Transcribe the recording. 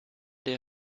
der